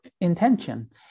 intention